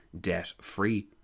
debt-free